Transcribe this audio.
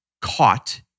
caught